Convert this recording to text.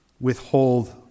withhold